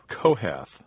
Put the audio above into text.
Kohath